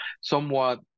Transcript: somewhat